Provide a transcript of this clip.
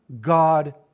God